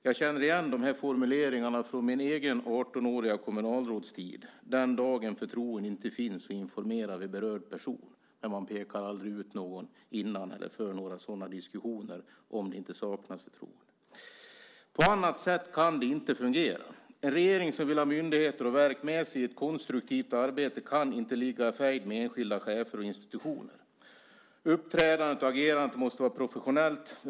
Jag känner igen de här formuleringarna från min egen 18-åriga kommunalrådstid. Den dag förtroende inte finns informerar vi berörd person, men man pekar aldrig ut någon innan eller för några diskussioner om huruvida det saknas förtroende. På annat sätt kan det inte fungera. En regering som vill ha myndigheter och verk med sig i ett konstruktivt arbete kan inte ligga i fejd med enskilda chefer och institutioner. Uppträdandet och agerandet måste vara professionellt.